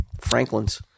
Franklins